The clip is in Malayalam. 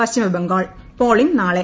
പശ്ചിമബംഗാൾ പോളിംഗ് നാളെ